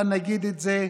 אבל נגיד את זה תמיד.